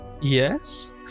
Yes